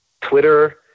Twitter